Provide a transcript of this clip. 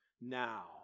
now